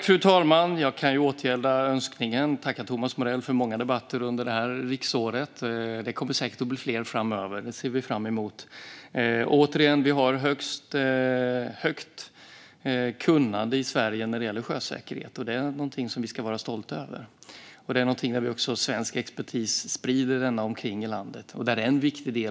Fru talman! Jag kan återgälda önskningen och tacka Thomas Morell för många debatter under det här riksdagsåret. Det kommer säkert att bli fler debatter framöver. Det ser jag fram emot. Återigen: Vi har ett stort kunnande i Sverige när det gäller sjösäkerhet, och det är något som vi ska vara stolta över och som svensk expertis sprider i landet.